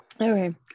Okay